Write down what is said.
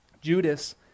Judas